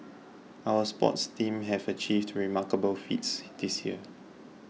our sports teams have achieved remarkable feats this year